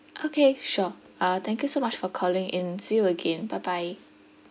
okay sure uh thank you so much for calling in see you again bye bye